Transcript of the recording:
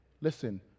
Listen